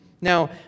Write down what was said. Now